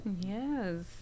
yes